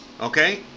Okay